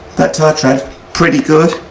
that tire tred pretty good,